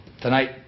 Tonight